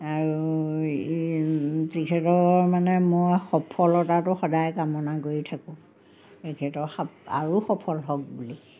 আৰু তেখেতৰ মানে মই সফলতাটো সদায় কামনা কৰি থাকোঁ তেখেতৰ সাপ আৰু সফল হওক বুলি